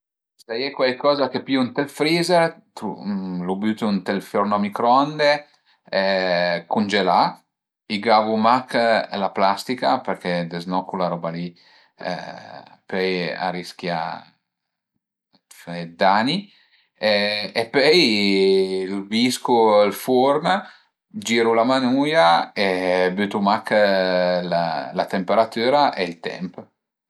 S'al e cuaicoza che pìu ënt ël freezer, lu bütu ënt ël forno a microonde cungelà, i gavu mach la plastica, përché deznò cula roba li põi a rischia dë fe dë dani e pöi viscu ël furn, giru la manuia e bütu mach la temperatüra e ël temp